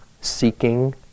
Seeking